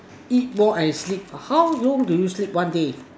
eat more and sleep how long do you sleep one day